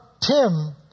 Tim